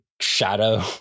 shadow